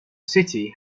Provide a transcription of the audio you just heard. city